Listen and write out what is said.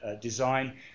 design